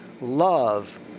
love